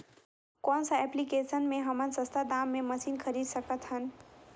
कौन सा एप्लिकेशन मे हमन सस्ता दाम मे मशीन खरीद सकत हन?